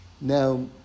Now